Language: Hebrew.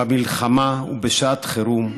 במלחמה ובשעת חירום,